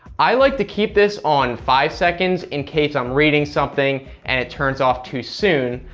i like to keep this on five seconds, in case i'm reading something and it turns off too soon.